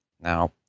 Now